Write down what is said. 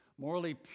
morally